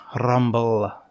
Rumble